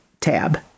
tab